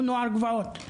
הוא נער גבעות,